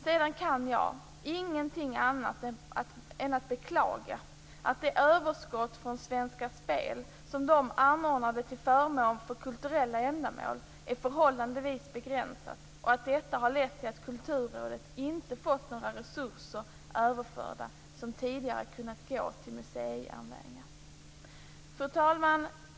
Sedan kan jag ingenting annat än beklaga att det överskott från Svenska Spel som det lotteri som det anordnade för kulturella ändamål är förhållandevis begränsat och att detta har lett till att Kulturrådet inte har fått några resurser överförda som tidigare kunnat gå till museijärnvägar. Fru talman!